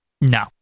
No